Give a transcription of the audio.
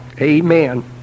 amen